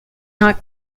not